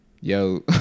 yo